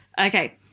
Okay